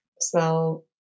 smell